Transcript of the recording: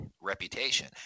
reputation